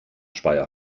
speyer